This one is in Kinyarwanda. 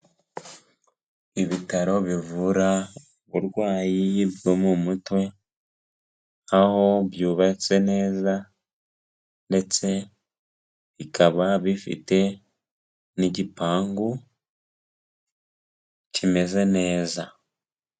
Ibitaro bivura uburwayi bwo mu mutwe; aho byubatse neza ndetse bikaba bifite n'igipangu kimeze neza.